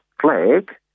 flag